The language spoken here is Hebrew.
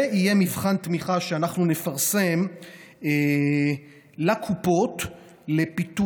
ויהיה מבחן תמיכה שאנחנו נפרסם לקופות לפיתוח